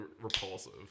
repulsive